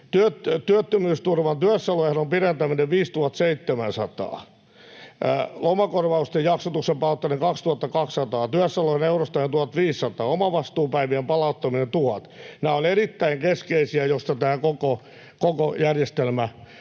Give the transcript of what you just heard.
työttömyysturvan työssäoloehdon pidentäminen 5 700, lomakorvausten jaksotuksen palauttaminen 2 200, työssäoloehdon euroistaminen 1 500, omavastuupäivien palauttaminen 1 000. Nämä ovat erittäin keskeisiä, joista tämä koko järjestelmä